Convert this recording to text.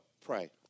Pray